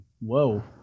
whoa